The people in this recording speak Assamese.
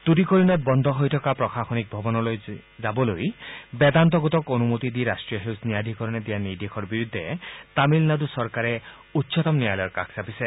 টটক ৰিণত বন্ধ হৈ থকা প্ৰশাসনীক ভৱনলৈ যাবলৈ বেদান্ত গোটক অনুমতি দি ৰাষ্ট্ৰীয় সেউজ ন্য়াধীকৰণে দিয়া নিৰ্দেশৰ বিৰুদ্ধে তামিলনাডুৰ চৰকাৰে উচ্চতম ন্যায়ালয়ৰ কাষ চাপিছে